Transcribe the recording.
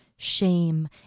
shame